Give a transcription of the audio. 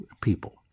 people